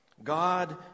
God